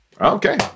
Okay